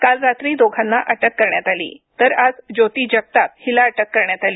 काल रात्री दोघांना अटक करण्यात आली तर आज ज्योती जगताप हिला अटक करण्यात आली